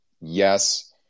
yes